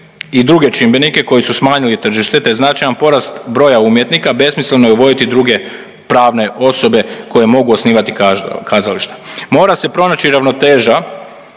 i druge čimbenike koji su smanjili tržište te značajan porast broja umjetnika besmisleno je uvoditi druge pravne osobe koje mogu osnivati kazališta. Mora se pronaći ravnoteža